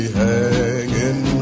hanging